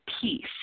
peace